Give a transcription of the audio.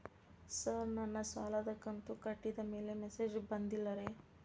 sir ನನ್ನ ಸಾಲದ ಕಂತು ಕಟ್ಟಿದಮೇಲೆ ಮೆಸೇಜ್ ಬಂದಿಲ್ಲ ರೇ